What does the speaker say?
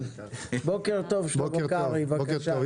בוקר טוב, שלמה קרעי, בבקשה.